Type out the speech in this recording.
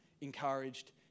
encouraged